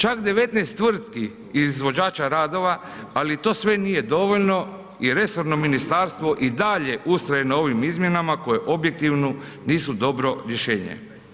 Čak 19 tvrtki i izvođača radova, ali i to sve nije dovoljno jer resorno ministarstvo i dalje ustraje na ovim izmjenama koje objektivno nisu dobro rješenje.